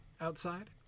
outside